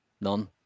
None